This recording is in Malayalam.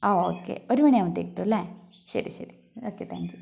ആ ഓക്കേ ഒരു മണി ആവുമ്പോഴത്തേക്കും എത്തും അല്ലെ ശരി ശരി ഓക്കേ താങ്ക് യു